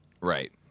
Right